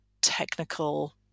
technical